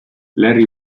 larry